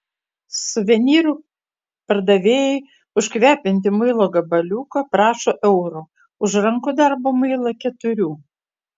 suvenyrų pardavėjai už kvepiantį muilo gabaliuką prašo euro už rankų darbo muilą keturių